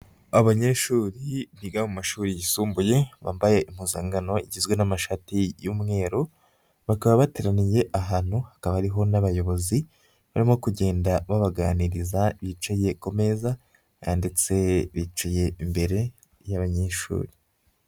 Abanyeshuri biga mu mashuri yisumbuye bambaye impozankano igizwe n'amashati y'umweru, bakaba bateraniye ahantu, hakaba hariho n'abayobozi barimo kugenda babaganiriza bicaye ku meza, ndetse bicaye imbere y'abanyeshuri.